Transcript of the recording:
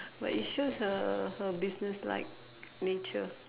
but it shows her her business like nature